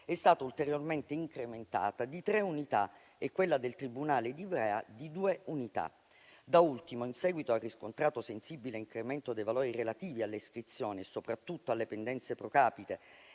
è stata ulteriormente incrementata di tre unità e quella del tribunale di Ivrea di due unità. Da ultimo, in seguito al riscontrato sensibile incremento dei valori relativi alle iscrizioni e soprattutto alle pendenze *pro capite*